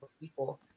people